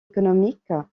économique